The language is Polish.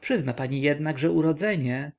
przyzna pani jednak że urodzenie